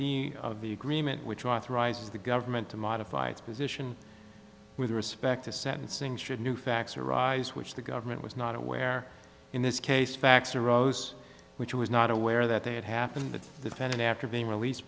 dini of the agreement which authorizes the government to modify its position with respect to sentencing should new facts arise which the government was not aware in this case facts arose which was not aware that they had happened that the defendant after being released